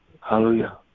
Hallelujah